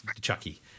Chucky